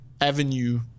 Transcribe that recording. avenue